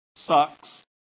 Sucks